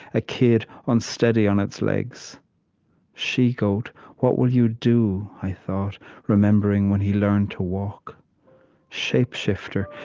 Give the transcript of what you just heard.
a kid unsteady on its legs she-goat what will you do? i thought remembering when he learned to walk shape shifter!